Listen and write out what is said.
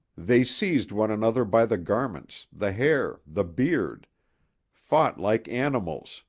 they seized one another by the garments, the hair, the beard fought like animals,